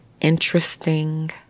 interesting